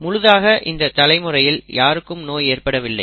முழுதாக இந்தத் தலைமுறையில் யாருக்கும் நோய் ஏற்படவில்லை